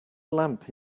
lamp